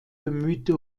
bemühte